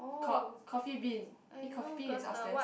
Co~ Coffee Bean eh Coffee Bean is upstairs